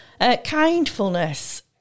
Kindfulness